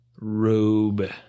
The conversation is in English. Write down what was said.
robe